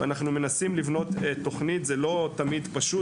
אנחנו מנסים לבנות תוכנית זה לא תמיד פשוט